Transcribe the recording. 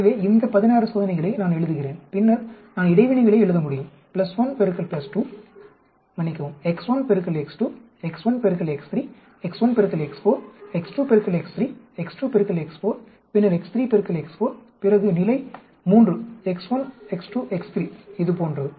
எனவே இந்த பதினாறு சோதனைகளை நான் எழுதுகிறேன் பின்னர் நான் இடைவினைகளை எழுத முடியும் x1 பெருக்கல் x2 x1 பெருக்கல் x3 x1 பெருக்கல் x4 x2 பெருக்கல் x3 x2 பெருக்கல் x4 பின்னர் x3 பெருக்கல் x4 பிறகு நிலை 3 x1 x2 x3 இது போன்றது